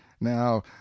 now